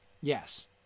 Yes